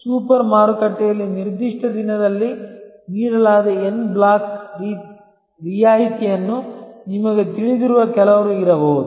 super ಮಾರುಕಟ್ಟೆಯಲ್ಲಿ ನಿರ್ದಿಷ್ಟ ದಿನದಲ್ಲಿ ನೀಡಲಾದ ಎನ್ ಬ್ಲಾಕ್ ರಿಯಾಯಿತಿಯನ್ನು ನಿಮಗೆ ತಿಳಿದಿರುವ ಕೆಲವರು ಇರಬಹುದು